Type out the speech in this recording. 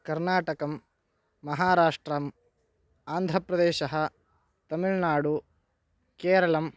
कर्नाटकं महाराष्ट्रम् आन्ध्रप्रदेशः तमिळ्नाडु केरलम्